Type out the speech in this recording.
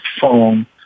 phone